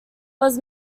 was